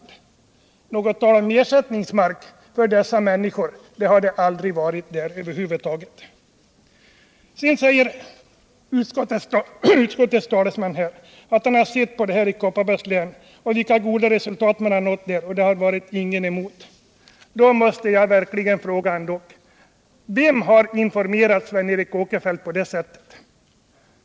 Att dessa människor skulle få ersättningsmark har det över huvud taget aldrig varit tal om där. Sedan sade utskottets talesman att han sett vilka goda resultat man nått i Kopparbergs län och att ingen opponerat sig där. Då måste jag fråga vem som har informerat Sven Eric Åkerfeldt på detta sätt.